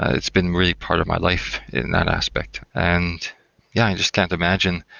ah it's been really part of my life in that aspect. and yeah, i just can't imagine.